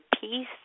peace